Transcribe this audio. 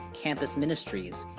campus ministries,